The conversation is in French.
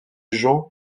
john